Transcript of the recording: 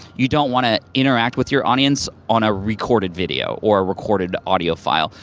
you don't wanna interact with your audience on a recorded video, or a recorded audio file.